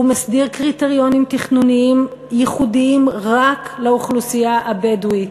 הוא מסדיר קריטריונים תכנוניים ייחודיים רק לאוכלוסייה הבדואית,